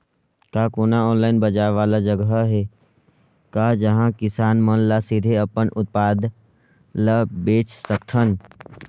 का कोनो ऑनलाइन बाजार वाला जगह हे का जहां किसान मन ल सीधे अपन उत्पाद ल बेच सकथन?